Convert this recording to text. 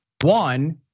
One